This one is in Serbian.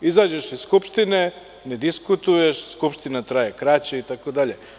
Izađeš iz Skupštine, ne diskutuješ, Skupština traje kraće itd.